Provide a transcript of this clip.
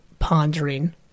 pondering